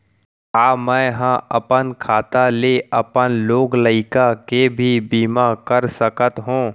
का मैं ह अपन खाता ले अपन लोग लइका के भी बीमा कर सकत हो